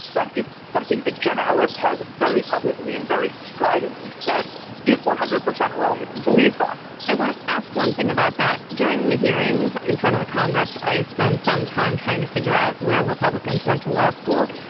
but it's something that janet ellis has very publicly and very stridently said is one hundred percent wrong, if you believe that i want to ask one thing about that during the hearings in front of the congress. i spend some time trying to figure out where republicans went to law school.